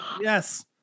Yes